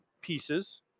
pieces